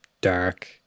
dark